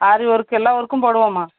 ஆரி work எல்லா ஒர்க்கும் போடுவோம்மா